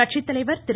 கட்சித்தலைவர் திரு